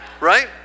Right